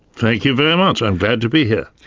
thank you very much, i'm glad to be here.